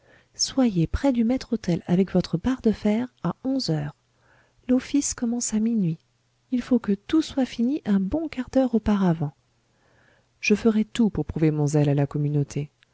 soyez près du maître-autel avec votre barre de fer à onze heures l'office commence à minuit il faut que tout soit fini un bon quart d'heure auparavant je ferai tout pour prouver mon zèle à la communauté